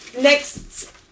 next